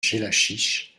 jellachich